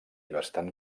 bastant